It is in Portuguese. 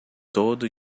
todo